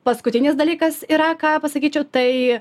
paskutinis dalykas yra ką pasakyčiau tai